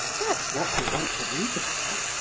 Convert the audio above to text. that's what we want to read about.